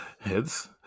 heads